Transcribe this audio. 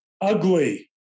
ugly